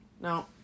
No